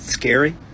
scary